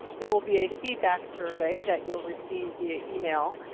there will be a feedback survey that you'll receive via email,